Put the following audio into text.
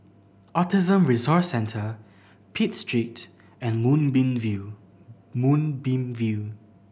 Autism Resource Centre Pitt Street and Moonbeam View Moonbeam View